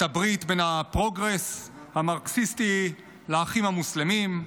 הברית בין הפרוגרס המרקסיסטי לאחים המוסלמים.